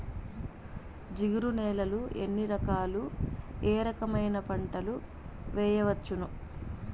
జిగురు నేలలు ఎన్ని రకాలు ఏ రకమైన పంటలు వేయవచ్చును?